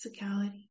physicality